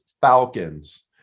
Falcons